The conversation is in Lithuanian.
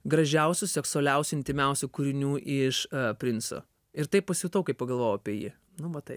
gražiausių seksualiausių intymiausių kūrinių iš princo ir taip pasijutau kai pagalvojau apie jį nu va tai